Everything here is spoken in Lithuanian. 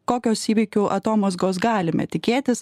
kokios įvykių atomazgos galime tikėtis